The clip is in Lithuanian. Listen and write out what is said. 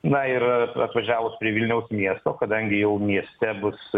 na ir atvažiavus prie vilniaus miesto kadangi jau mieste bus